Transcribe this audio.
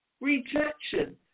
rejection